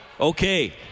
Okay